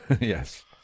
Yes